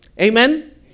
Amen